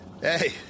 Hey